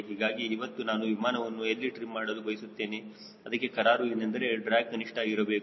ಹೀಗಾಗಿ ಇವತ್ತು ನಾನು ವಿಮಾನವನ್ನು ಇಲ್ಲಿ ಟ್ರಿಮ್ ಮಾಡಲು ಬಯಸುತ್ತೇನೆ ಅದಕ್ಕೆ ಕರಾರು ಏನೆಂದರೆ ಡ್ರ್ಯಾಗ್ ಕನಿಷ್ಠವಾಗಿ ಇರಬೇಕು